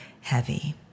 heavy